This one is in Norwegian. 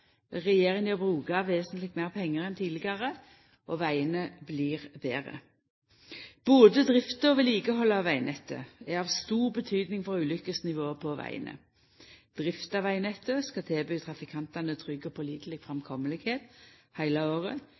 Regjeringa brukar vesentleg meir pengar enn tidlegare, og vegane blir betre. Både drift og vedlikehald av vegnettet er av stor betydning for ulukkesnivået på vegane. Drift av vegnettet skal tilby trafikantane trygg og påliteleg framkomst heile året,